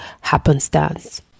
happenstance